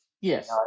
Yes